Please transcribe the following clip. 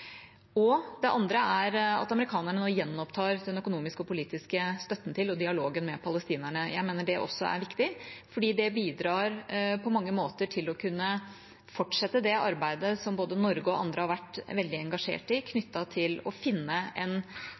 Det andre er at amerikanerne nå gjenopptar den økonomiske og politiske støtten til og dialogen med palestinerne. Jeg mener det også er viktig, fordi det på mange måter bidrar til å kunne fortsette det arbeidet som både Norge og andre har vært veldig engasjert i knyttet til å finne en